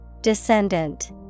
Descendant